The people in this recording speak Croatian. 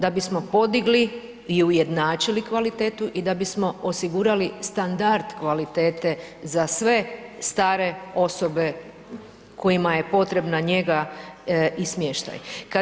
Da bismo podigli i ujednačili kvalitetu i da bismo osigurali standard kvalitet za sve stare osobe kojima je potrebna njega i smještaj.